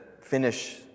finish